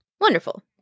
Wonderful